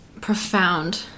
Profound